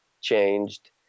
changed